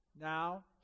Now